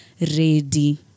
ready